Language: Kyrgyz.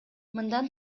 мындан